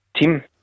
team